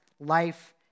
life